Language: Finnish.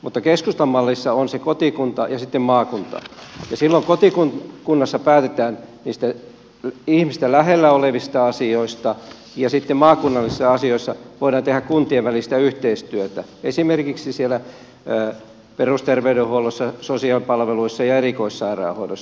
mutta keskustan mallissa ovat kotikunta ja sitten maakunta ja silloin kotikunnassa päätetään ihmistä lähellä olevista asioista ja sitten maakunnallisissa asioissa voidaan tehdä kuntien välistä yhteistyötä esimerkiksi perusterveydenhuollossa sosiaalipalveluissa ja erikoissairaanhoidossa